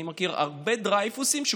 אני מכיר הרבה דרייפוסים,